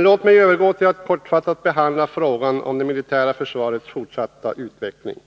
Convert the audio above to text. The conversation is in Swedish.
Låt mig så övergå till att kortfattat behandla frågan om det militära försvarets fortsatta utveckling.